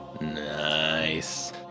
Nice